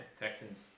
Texans